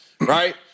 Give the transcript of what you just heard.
Right